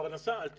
בפרנסה אל תפגע.